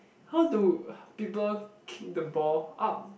how do people kick the ball up